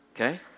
Okay